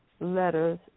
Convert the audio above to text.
letters